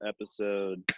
episode